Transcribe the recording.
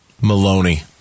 Maloney